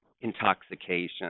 intoxication